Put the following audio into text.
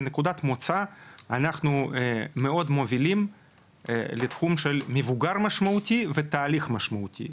כנקודת מוצא אנחנו מאוד מובילים לתחום של מבוגר משמעותי ותהליך משמעותי,